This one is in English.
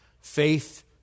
Faith